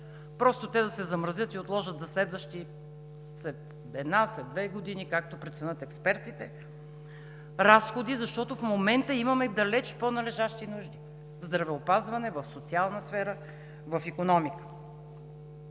разходи да се замразят и отложат за следващите – след една, след две години – както преценят експертите, защото в момента имаме далеч по-належащи нужди в здравеопазването, в социалната сфера, в икономиката.